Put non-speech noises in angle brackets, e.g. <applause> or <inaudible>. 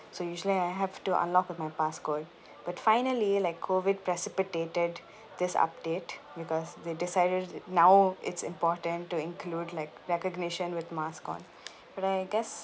so usually I have to unlock with my passcode but finally like COVID precipitated this update because they decided now it's important to include like recognition with mask on <breath> but I guess